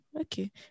Okay